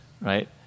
Right